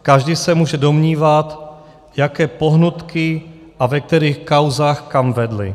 Každý se může domnívat, jaké pohnutky a ve kterých kauzách kam vedly.